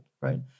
right